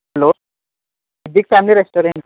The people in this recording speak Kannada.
hello Siddiq family restaurant